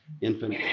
infant